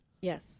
Yes